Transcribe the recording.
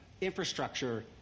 infrastructure